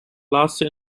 laatste